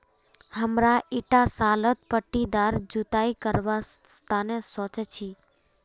हमरा ईटा सालत पट्टीदार जुताई करवार तने सोच छी